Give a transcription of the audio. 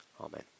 Amen